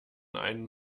einen